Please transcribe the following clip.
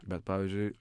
bet pavyzdžiui